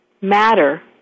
matter